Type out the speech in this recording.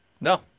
No